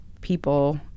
people